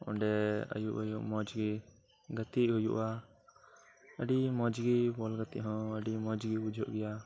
ᱚᱸᱰᱮ ᱟᱹᱭᱩᱵ ᱟᱹᱭᱩᱵ ᱢᱚᱸᱡᱽ ᱜᱮ ᱜᱟᱛᱮᱜ ᱦᱩᱭᱩᱜᱼᱟ ᱟᱹᱰᱤ ᱢᱚᱸᱡᱽ ᱜᱮ ᱵᱚᱞ ᱜᱟᱛᱮᱜ ᱦᱚᱸ ᱟᱹᱰᱤ ᱢᱚᱸᱡᱽ ᱜᱮ ᱵᱩᱡᱷᱟᱹᱜᱼᱟ